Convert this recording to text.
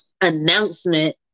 announcement